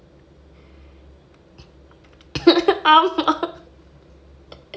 ஆமா:aamaa